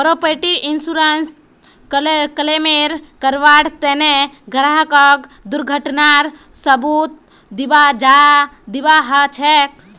property इन्शुरन्सत claim करबार तने ग्राहकक दुर्घटनार सबूत दीबा ह छेक